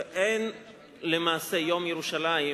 ואין למעשה יום ירושלים,